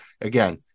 again